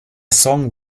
song